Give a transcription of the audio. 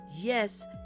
yes